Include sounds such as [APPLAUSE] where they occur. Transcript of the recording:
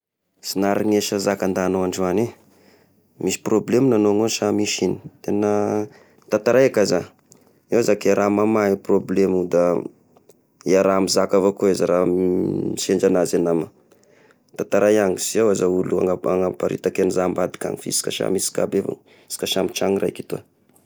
Sy naharegnesa zaka nda agnao androany eh, misy probleme agnao ao sa misy igno? Tegna tantaray ka za, eo zakay iaraha mamahy probleme da [NOISE] hiaraha mizaka avao koa izy raha [HESITATION] sendra nahazy i nama, tantaray iagny, sy iaho izay olo ana-anaparitaka agn'izay ambadika agny, fa isika samy isika aby ire, isika samy tragno raiky etoa.